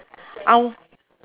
our